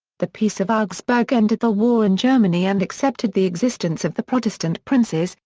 the peace of augsburg ended the war in germany and accepted the existence of the protestant princes,